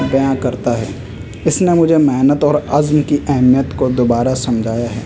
بیاں کرتا ہے اس نے مجھے محنت اور عزم کی اہمیت کو دوبارہ سمجھایا ہے